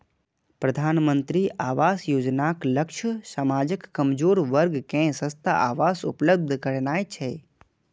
प्रधानमंत्री आवास योजनाक लक्ष्य समाजक कमजोर वर्ग कें सस्ता आवास उपलब्ध करेनाय छै